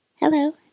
Hello